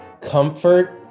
comfort